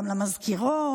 גם למזכירות,